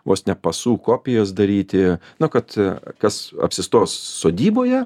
vos ne pasų kopijas daryti na kad kas apsistos sodyboje